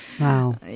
Wow